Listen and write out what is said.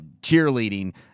cheerleading